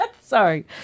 Sorry